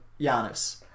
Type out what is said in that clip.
Giannis